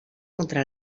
contra